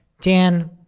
Dan